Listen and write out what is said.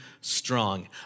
strong